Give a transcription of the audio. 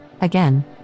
Again